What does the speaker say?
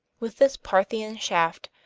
with this parthian shaft,